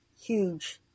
huge